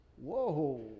Whoa